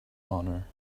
honor